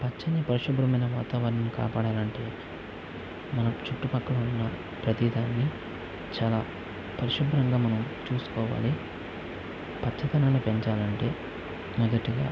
పచ్చని పరిశుభ్రమైన వాతావరణం కాపాడాలి అంటే మనం చుట్టుపక్కల ఉన్న ప్రతిదానిని చాలా పరిశుభ్రముగా మనము చూసుకోవాలి పచ్చదనాన్ని పెంచాలంటే మొదటగా